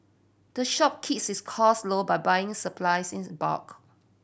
the shop its costs low by buying its supplies in bulk